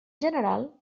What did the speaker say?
general